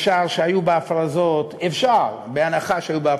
אפשר שהיו בה הפרזות, אפשר, בהנחה שהיו בה הפרזות.